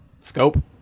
Scope